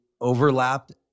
overlapped